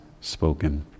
spoken